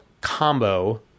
combo